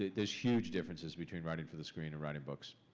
there's huge differences between writing for the screen and writing books.